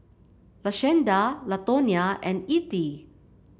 Lashanda Latonya and Ethie